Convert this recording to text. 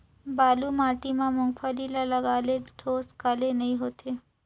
बालू माटी मा मुंगफली ला लगाले ठोस काले नइ होथे?